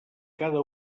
cada